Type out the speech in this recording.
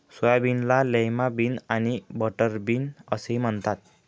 सोयाबीनला lima bean आणि butterbean असेही म्हणतात